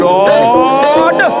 Lord